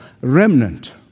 remnant